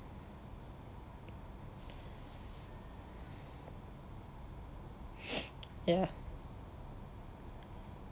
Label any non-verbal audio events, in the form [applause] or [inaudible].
[breath] ya